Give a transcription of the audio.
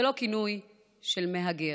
ולא כינוי של מהגר.